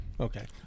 Okay